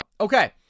Okay